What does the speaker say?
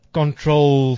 control